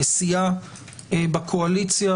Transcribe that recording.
לסיעה בקואליציה,